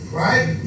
right